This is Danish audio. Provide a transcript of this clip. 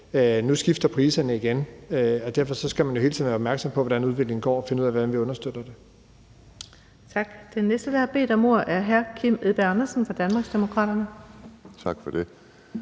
nu skifter priserne igen, og derfor skal vi hele tiden være opmærksomme på, hvordan udviklingen går, og finde ud af, hvordan vi understøtter det.